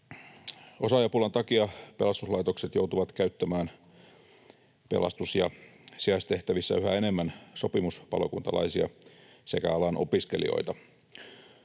Osaajapulan takia pelastuslaitokset joutuvat käyttämään pelastus‑ ja sijaistehtävissä yhä enemmän sopimuspalokuntalaisia sekä alan opiskelijoita.